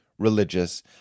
religious